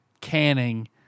canning